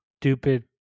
stupid